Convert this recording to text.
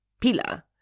Pila